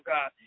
God